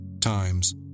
times